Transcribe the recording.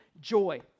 joy